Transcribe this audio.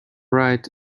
ride